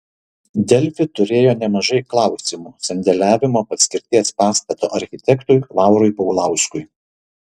delfi turėjo nemažai klausimų sandėliavimo paskirties pastato architektui laurui paulauskui